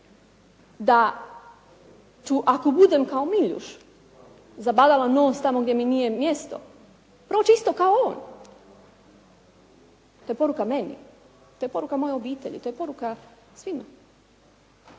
da ću ako budem kao Miljuš zabadala nos tamo gdje mi nije mjesto, proći isto kao on. To je poruka meni, to je poruka mojoj obitelji, to je poruka svima.